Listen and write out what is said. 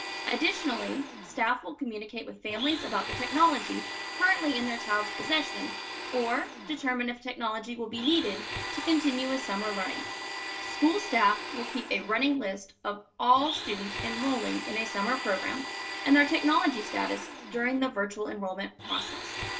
additionally, staff will communicate with families about the technology currently in their child's possession or determine if technology will be needed to continue with summer learning school staff will keep a running list of all students enrolling in a summer program and their technology status during the virtual enrollment process.